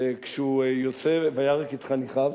כשהוא יוצא, "וירק את חניכיו",